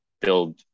build